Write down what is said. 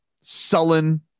sullen